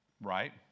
Right